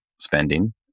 spending